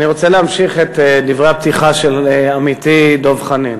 אני רוצה להמשיך את דברי הפתיחה של עמיתי דב חנין.